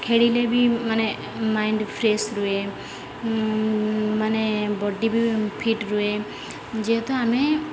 ଖେଳିଲେ ବି ମାନେ ମାଇଣ୍ଡ ଫ୍ରେଶ ରୁହେ ମାନେ ବଡି ବି ଫିଟ୍ ରୁହେ ଯେହେତୁ ଆମେ